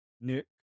Nick